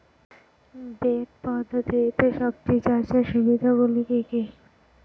Bed পদ্ধতিতে সবজি চাষের সুবিধাগুলি কি কি?